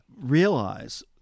realize